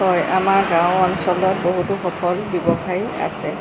হয় আমাৰ গাঁও অঞ্চলত বহুতো সফল ব্যৱসায়ী আছে